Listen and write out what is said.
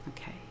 Okay